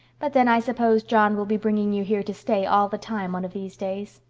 but then i suppose john will be bringing you here to stay all the time one of these days.